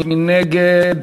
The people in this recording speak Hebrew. מי נגד?